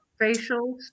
facials